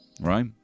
Right